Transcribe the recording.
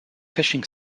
fishing